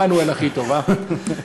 מנואל הכי טוב, אה?